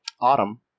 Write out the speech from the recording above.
Autumn